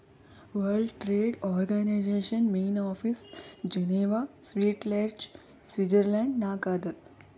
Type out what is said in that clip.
world trade organization main office Geneva Switzerland ನಾಗ್ ಅದಾ